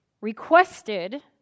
requested